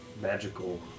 magical